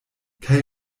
kaj